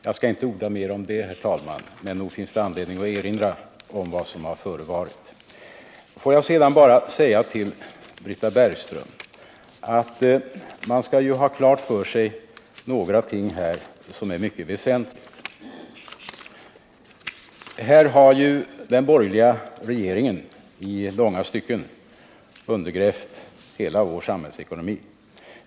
Jag skall inte orda mer om det, herr talman, men nog finns det anledning att erinra om vad som har förevarit. Låt mig bara sedan säga till Britta Bergström, att man skall ha klart för sig några mycket väsentliga saker. Den borgerliga regeringen har i långa stycken undergrävt hela vår samhällsekonomi.